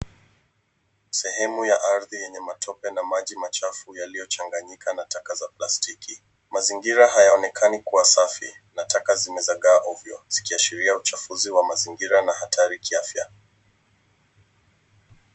Sehemu ya ardhi enye matope na maji machafu yaliyochangnyika na taka za plastiki. Mazingira hayaonekani kuwa safi na taka zimezagaa ovyo zikiashiria uchafuzi wa mazingira na hatari kiafya.